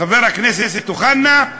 חבר הכנסת אוחנה,